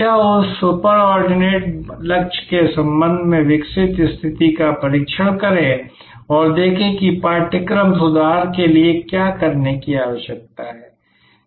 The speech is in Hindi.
हमेशा उस सुपर ऑर्डिनल लक्ष्य के संबंध में विकसित स्थिति का परीक्षण करें और देखें कि पाठ्यक्रम सुधार के लिए क्या करने की आवश्यकता है